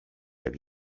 jak